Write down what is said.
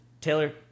Taylor